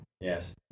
Yes